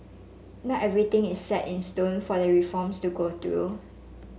not everything is set in stone for the reforms to go through